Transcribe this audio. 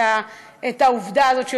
את העובדה הזאת,